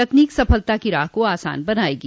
तकनीक सफलता की राह को आसान बनायेगी